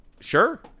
Sure